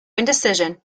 indecision